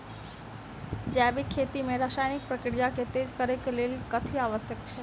जैविक खेती मे रासायनिक प्रक्रिया केँ तेज करै केँ कऽ लेल कथी आवश्यक छै?